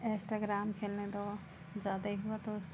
Instagram खेलने दो ज़्यादा ही हो तो